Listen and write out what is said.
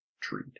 treat